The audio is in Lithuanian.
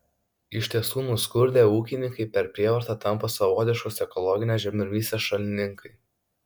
iš tiesų nuskurdę ūkininkai per prievartą tampa savotiškos ekologinės žemdirbystės šalininkai